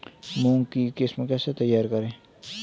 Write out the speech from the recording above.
मूंग की किस्म कैसे तैयार करें?